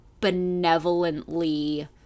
benevolently